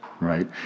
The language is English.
right